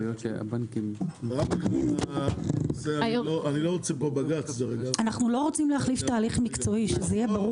אני לא רוצה פה בג"ץ, דרך אגב.